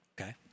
okay